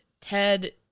Ted